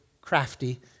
crafty